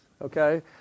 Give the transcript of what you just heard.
Okay